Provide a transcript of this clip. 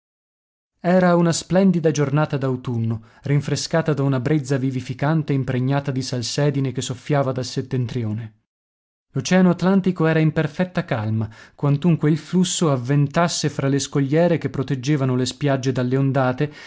era una splendida giornata d'autunno rinfrescata da una brezza vivificante impregnata di salsedine che soffiava dal settentrione l'oceano atlantico era in perfetta calma quantunque il flusso avventasse fra le scogliere che proteggevano le spiagge dalle ondate